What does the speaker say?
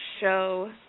show